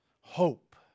Hope